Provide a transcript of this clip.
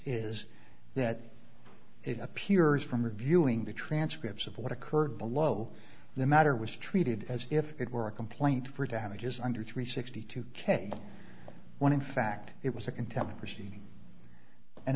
is that it appears from reviewing the transcripts of what occurred below the matter was treated as if it were a complaint for to have a just under three sixty two k when in fact it was a contempt proceeding and